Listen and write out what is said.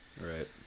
Right